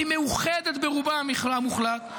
היא מאוחדת ברובה המוחלט,